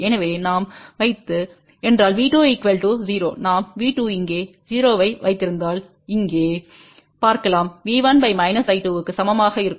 எனவே நாம் வைத்து என்றால் V2 0 நாம் V2இங்கே 0 ஐ வைத்திருந்தால் இங்கே பார்க்கலாம்V1 I2 Bக்கு சமமாக இருக்கும்